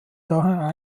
daher